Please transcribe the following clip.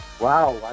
Wow